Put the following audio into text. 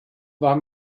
war